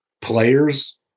players